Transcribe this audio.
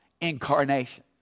incarnation